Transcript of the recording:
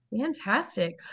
Fantastic